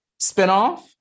Spinoff